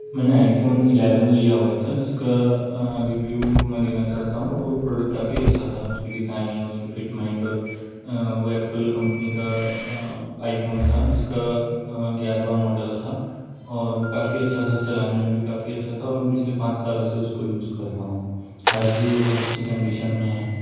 मैंने iPhone eleven लिया हुआ था जिसका रिव्यू मैं देना चाहता हूँ वो प्रोडक्ट काफ़ी अच्छा था उसकी डिज़ाइन उसकी फ़िटमेंट और वो एप्पल कम्पनी का आईफ़ोन था जिसका ग्यारवां मॉडल था और वो काफ़ी अच्छा था चलाने में भी काफ़ी अच्छा था और मैं पिछले पाँच साल से उसको यूज़ कर रहा हूँ आज भी वो बहुत अच्छी कंडीशन में है